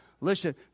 listen